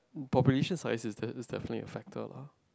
population size is the is the main factor